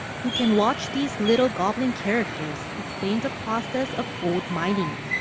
who can watch these little goblin characters, explain the process of gold mining.